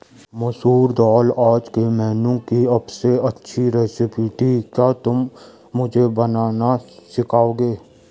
मसूर दाल आज के मेनू की अबसे अच्छी रेसिपी थी क्या तुम मुझे बनाना सिखाओंगे?